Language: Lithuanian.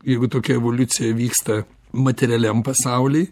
jeigu tokia evoliucija vyksta materialiam pasauly